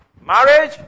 Marriage